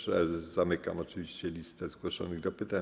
Zamykam oczywiście listę posłów zgłoszonych do pytań.